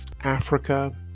Africa